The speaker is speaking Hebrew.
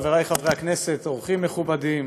חברי חברי הכנסת, אורחים מכובדים,